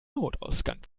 notausgang